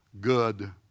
good